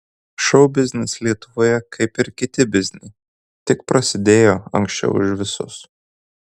šou biznis lietuvoje kaip ir kiti bizniai tik prasidėjo anksčiau už visus